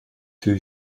too